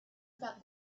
about